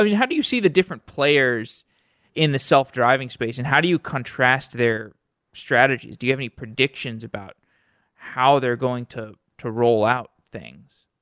ah how do you see the different players in the self-driving space and how do you contrast their strategies? do you have any predictions about how they're going to to roll out things?